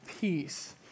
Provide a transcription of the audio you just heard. peace